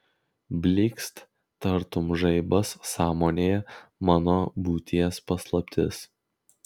blykst tartum žaibas sąmonėje mano būties paslaptis